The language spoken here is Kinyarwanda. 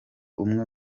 umwe